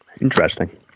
Interesting